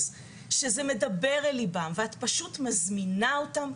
שזה מדבר אל ליבם ואת פשוט מזמינה אותם,